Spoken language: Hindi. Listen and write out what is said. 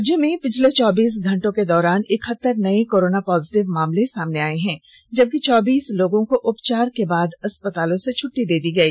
राज्य में पिछले चौबीस घंटों के दौरान इकहतर नए कोरोना पॉजिटिव मामले सामने आए हैं जबकि चौबीस लोगों को उपचार के बाद अस्पतालों से छट्टी दे दी गई